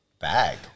Bag